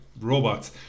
robots